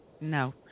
No